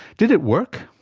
did it work?